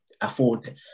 afford